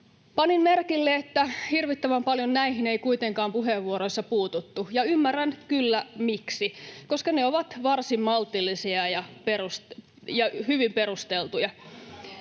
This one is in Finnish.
Panin merkille, että hirvittävän paljon näihin ei kuitenkaan puheenvuoroissa puututtu, ja ymmärrän kyllä miksi, koska ne ovat varsin maltillisia ja hyvin perusteltuja.